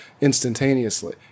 instantaneously